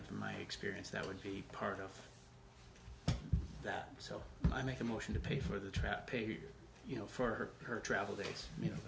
from my experience that would be part of that so i make a motion to pay for the trap pay here you know for her travel dates you know